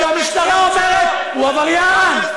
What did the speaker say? כשהמשטרה אומרת: הוא עבריין,